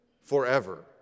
forever